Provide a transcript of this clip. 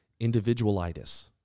individualitis